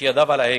וידיו, שעל ההגה,